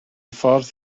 ffordd